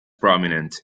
prominent